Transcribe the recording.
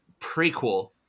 prequel